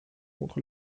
contre